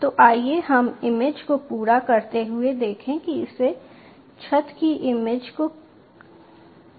तो आइए हम इमेज को पूरा करते हुए देखें कि इसने छत की इमेज को ले लिया है